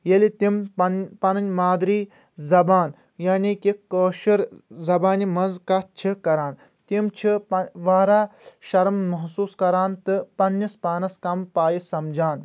پنٔنۍ مادری زبان یعنی کہ کأشِر زبانہِ منٛز کتھ چھ کران تِم چھ واریاہ شرم محسوٗس کران تہٕ پننِس پانس کم پایہِ سمجان